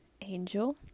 angel